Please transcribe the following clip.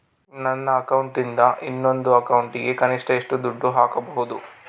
ನನ್ನ ಅಕೌಂಟಿಂದ ಇನ್ನೊಂದು ಅಕೌಂಟಿಗೆ ಕನಿಷ್ಟ ಎಷ್ಟು ದುಡ್ಡು ಹಾಕಬಹುದು?